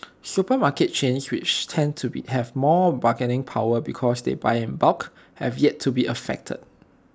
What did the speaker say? supermarket chains which tend to have more bargaining power because they buy in bulk have yet to be affected